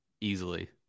Easily